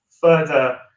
further